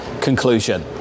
conclusion